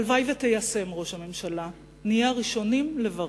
הלוואי שתיישם, ראש הממשלה, נהיה הראשונים לברך.